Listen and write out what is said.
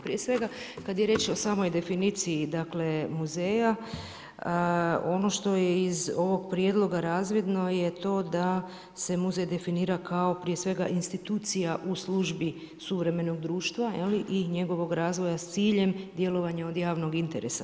Prije svega kad je riječ o samoj definiciji, dakle muzeja ono što je iz ovog prijedloga razvidno je to da se muzej definira kao prije svega institucija u službi suvremenog društva i njegovog razvoja s ciljem djelovanja od javnog interesa.